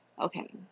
Okay